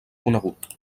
conegut